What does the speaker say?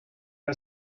are